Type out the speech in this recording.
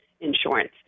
insurance